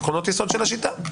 עקרונות יסוד של השיטה.